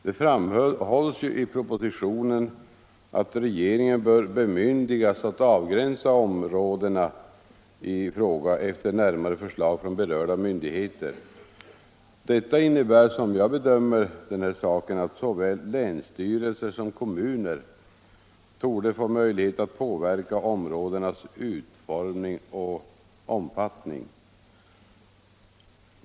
Det framhålls i propositionen att regeringen bör bemyndigas att avgränsa områdena i fråga efter förslag från berörda myndigheter. Detta innebär såvitt jag förstår att såväl länsstyrelse som kommuner torde få möjligheter att påverka områdenas utformning och omfattning.